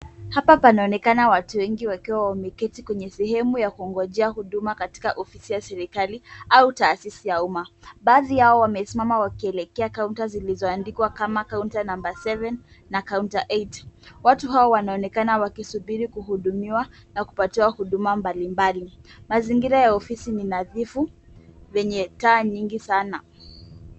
Hapa panaonekana watu wengi wakiwa wameketi kwenye sehemu ya kungojea huduma katika ofisi ya serikali au taasisi ya uuma. Baadhi yao wamesimama wakielekea counter zilizoandikwa kama counter number 7 na counter 8. Watu hao wanaonekana wakisubiri kuhudumiwa na kupatiwa huduma mbalimbali. Mazingira ya ofisi ni nadhifu, venye taa nyingi sana.